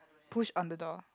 push on the door